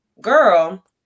girl